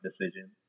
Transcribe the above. decision